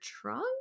trunk